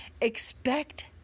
expect